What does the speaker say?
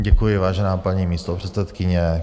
Děkuji, vážená paní místopředsedkyně.